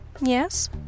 Yes